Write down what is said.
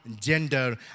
gender